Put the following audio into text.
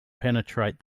penetrate